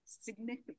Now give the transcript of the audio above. significant